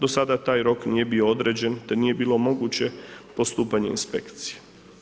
Do sada taj rok nije bio određen, te nije bilo moguće postupanje inspekcije.